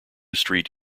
street